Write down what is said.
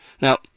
Now